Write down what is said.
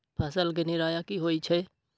फसल के निराया की होइ छई?